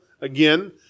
again